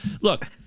look